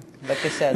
במיקרופון.